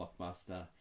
blockbuster